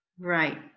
Right